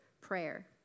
prayer